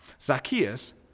Zacchaeus